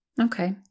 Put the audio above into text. Okay